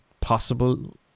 possible